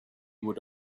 would